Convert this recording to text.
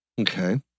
Okay